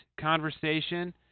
conversation